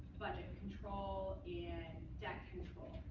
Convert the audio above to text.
budget control and debt control.